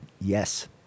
Yes